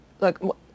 Look